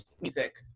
music